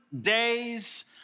days